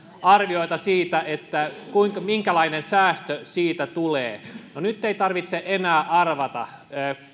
arvioita siitä minkälainen säästö siitä tulee no nyt ei tarvitse enää arvata